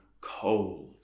cold